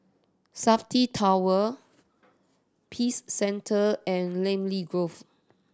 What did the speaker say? Safti Tower Peace Centre and Namly Grove